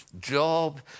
job